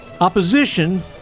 Opposition